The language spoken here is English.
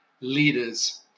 leaders